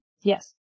Yes